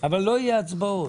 אבל לא יהיה הצבעות.